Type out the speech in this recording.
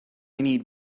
need